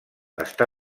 està